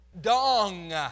Dong